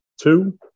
two